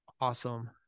Awesome